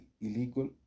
illegal